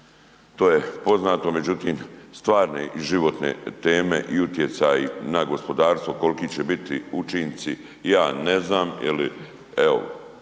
to je poznato, međutim stvarne i životne teme i utjecaji na gospodarstvo koliki će biti učinci ja ne znam jer evo